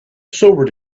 sobered